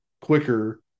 quicker